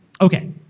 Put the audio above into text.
Okay